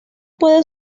puede